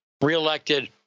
reelected